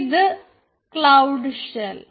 ഇത് cloud shell